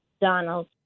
Donald